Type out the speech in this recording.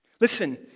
Listen